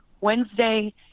Wednesday